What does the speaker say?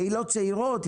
קהילות צעירות,